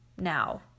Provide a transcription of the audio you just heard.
now